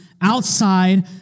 outside